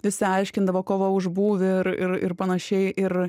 visi aiškindavo kova už būvį ir ir panašiai ir